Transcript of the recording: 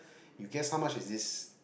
you guess how much is this